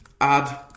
add